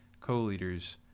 co-leaders